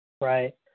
Right